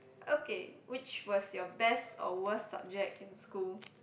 okay which was your best or worst subject in school